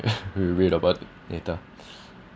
mm read about later